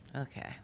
Okay